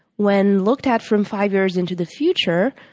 when looked at from five years into the future,